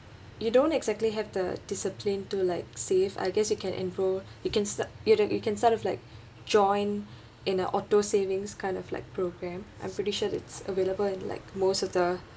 you don't exactly have the discipline to like save I guess you can enroll you can start you know you can start off like join in a auto savings kind of like programme I'm pretty sure it's available in like most of the